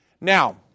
Now